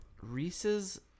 Reese's